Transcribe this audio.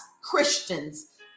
Christians